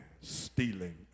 stealing